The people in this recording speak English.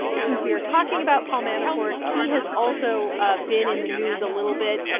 since we are talking about paul manafort, he has also ah been in the news a little bit.